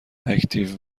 اکتیو